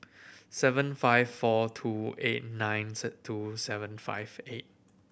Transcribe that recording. seven five four two eight nine two seven five eight